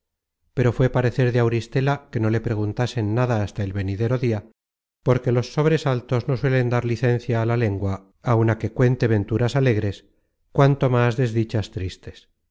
pero fue parecer de auristela que no le preguntasen nada hasta el venidero dia porque los sobresaltos no suelen dar licencia á la lengua áun á que cuente venturas alegres cuanto más desdichas tristes